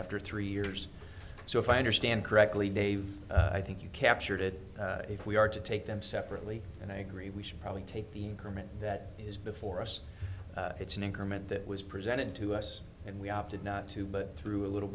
after three years so if i understand correctly dave i think you captured it if we are to take them separately and i agree we should probably take the agreement that is before us it's an increment that was presented to us and we opted not to but through a little